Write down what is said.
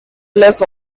less